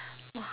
!wah!